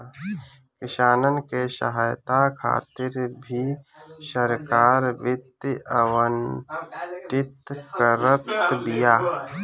किसानन के सहायता खातिर भी सरकार वित्त आवंटित करत बिया